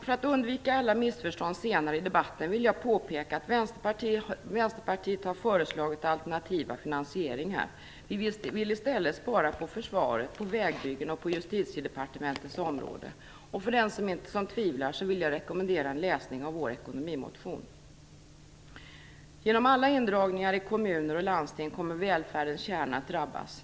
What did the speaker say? För att undvika alla missförstånd senare i debatten vill jag påpeka att Vänsterpartiet har föreslagit alternativa finansieringar. Vi vill i stället spara på försvaret, på vägbyggen och på Justitiedepartementets område. Den som tvivlar vill jag rekommendera att läsa vår ekonomimotion. Genom alla indragningar i kommuner och landsting kommer välfärdens kärna att drabbas.